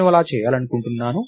నేను అలా చేయాలనుకుంటున్నాను